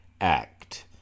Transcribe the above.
Act